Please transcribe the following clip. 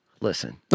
Listen